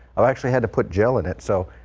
um actually had to put jaelynn it so.